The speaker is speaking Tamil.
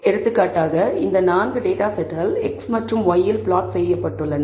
எடுத்துக்காட்டாக இந்த 4 டேட்டா செட்கள் x மற்றும் y ல் ப்ளாட் செய்யப்பட்டுள்ளன